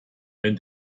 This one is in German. wenn